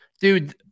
Dude